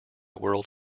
world